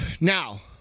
now